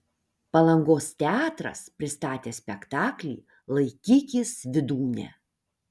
palangos teatras pristatė spektaklį laikykis vydūne